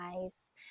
nice